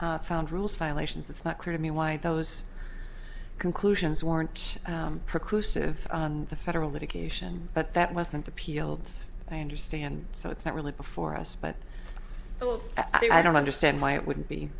and found rules violations it's not clear to me why those conclusions warrant of the federal litigation but that wasn't a pos i understand so it's not really before us but i don't understand why it wouldn't be